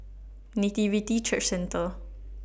Nativity Church Centre